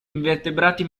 invertebrati